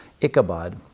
Ichabod